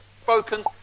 spoken